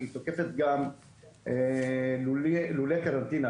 היא תוקפת גם לולי קרנטינה,